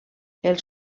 els